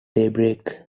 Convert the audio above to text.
daybreak